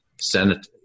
Senate